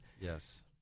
Yes